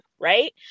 right